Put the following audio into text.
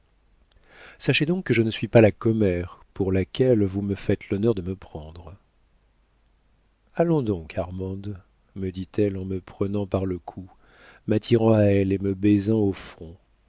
sachez donc que je ne suis pas la commère pour laquelle vous me faites l'honneur de me prendre allons donc armande me dit-elle en me prenant par le cou m'attirant à elle et me baisant au front